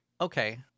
Okay